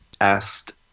asked